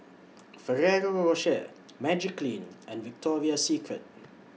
Ferrero Rocher Magiclean and Victoria Secret